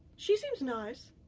she seems nice.